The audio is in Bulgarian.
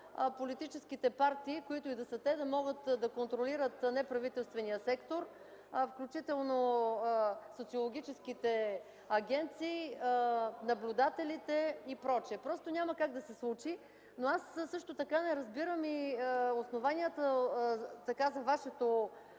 политическите партии, които и да са те, да могат да контролират неправителствения сектор включително социологическите агенции, наблюдателите и пр. Няма как да се случи! Не разбирам основанията за вашето